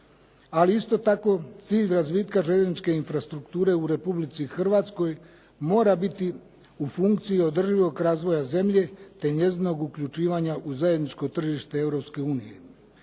ali isto tako cilj razvitka željezničke infrastrukture u Republici Hrvatskoj mora biti u funkciji održivog razvoja zemlje te njezinog uključivanja u zajedničko tržište